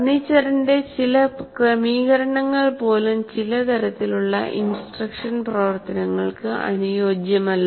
ഫർണിച്ചറിന്റെ ചില ക്രമീകരണങ്ങൾ പോലും ചില തരത്തിലുള്ള ഇൻസ്ട്രക്ഷൻ പ്രവർത്തനങ്ങൾക്ക് അനുയോജ്യമല്ല